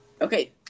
Okay